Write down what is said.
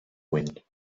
wind